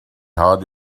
heart